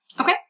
Okay